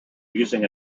using